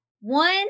One